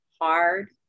hard